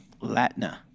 Latna